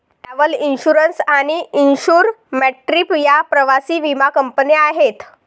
travel insurance आणि insure my trip या प्रवासी विमा कंपन्या आहेत